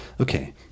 okay